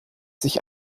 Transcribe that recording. sich